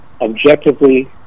objectively